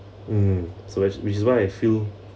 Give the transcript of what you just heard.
mm so as which is now I feel